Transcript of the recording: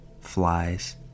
flies